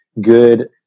good